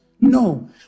No